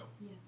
Yes